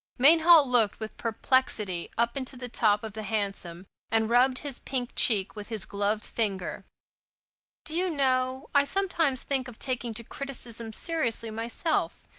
mainhall looked with perplexity up into the top of the hansom and rubbed his pink cheek with his gloved finger do you know, i sometimes think of taking to criticism seriously myself.